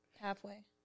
Halfway